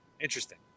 Interesting